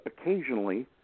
occasionally